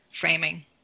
framing